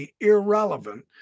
Irrelevant